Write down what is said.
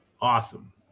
Awesome